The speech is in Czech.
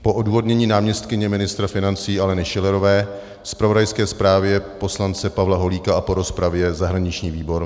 Po odůvodnění náměstkyně ministra financí Aleny Schillerové, zpravodajské zprávě poslance Pavla Holíka a po rozpravě zahraniční výbor